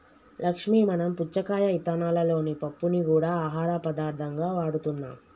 లక్ష్మీ మనం పుచ్చకాయ ఇత్తనాలలోని పప్పుని గూడా ఆహార పదార్థంగా వాడుతున్నాం